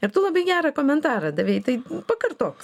ir tu labai gerą komentarą davei tai pakartok